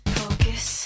focus